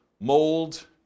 mold